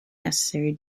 necessary